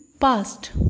past